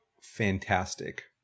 fantastic